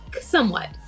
somewhat